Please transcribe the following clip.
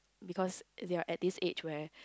because they're at this age where